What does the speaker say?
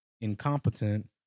incompetent